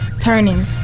turning